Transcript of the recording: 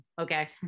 okay